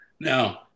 Now